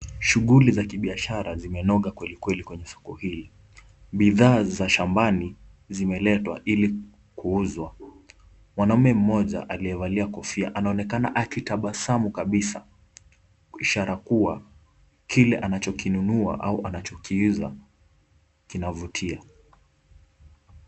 Shughli za kibiashara zimenoga kwelikweli kwenye soko hili, bidhaa za shambani zimeletwa ili kuuzwa , mwanamme mmoja aliyevalia kofia anaonekana akitabasamu kabisa , ishara kua kile anachokinunua au anachokiuza kinavutia.